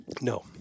No